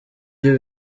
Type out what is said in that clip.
byo